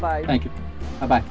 by thank you about